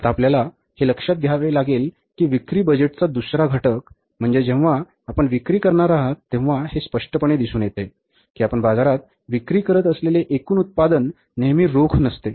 आता आपल्याला हे लक्षात घ्यावे लागेल की विक्री बजेटचा दुसरा घटक म्हणजे जेव्हा आपण विक्री करणार आहात तेव्हा हे स्पष्टपणे दिसून येते की आपण बाजारात विक्री करीत असलेले एकूण उत्पादन नेहमी रोख नसते